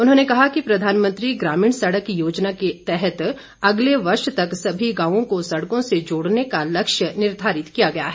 उन्होंने कहा कि प्रधानमंत्री ग्रामीण सड़क योजना के तहत अगले वर्ष तक सभी गांवों को सड़क से जोड़ने का लक्ष्य निर्धारित किया गया है